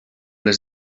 les